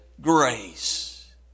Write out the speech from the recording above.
grace